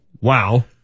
Wow